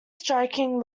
striking